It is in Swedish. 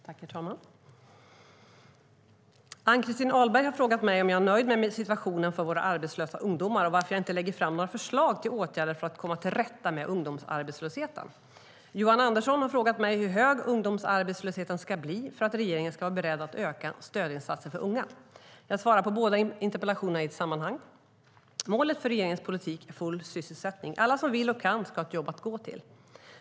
Herr talman! Ann-Christin Ahlberg har frågat mig om jag är nöjd med situationen för våra arbetslösa ungdomar och varför jag inte lägger fram några förslag till åtgärder för att komma till rätta med ungdomsarbetslösheten. Johan Andersson har frågat mig hur hög ungdomsarbetslösheten ska bli för att regeringen ska vara beredd att öka stödinsatser för unga. Jag svarar på båda interpellationerna i ett sammanhang. Målet för regeringens politik är full sysselsättning. Alla som vill och kan ska ha ett jobb att gå till.